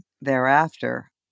thereafter